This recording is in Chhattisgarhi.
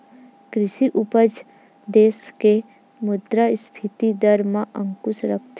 कृषि उपज ह देस के मुद्रास्फीति दर म अंकुस रखथे